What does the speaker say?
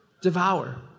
Devour